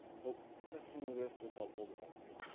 hope that some of this was helpful to some of you.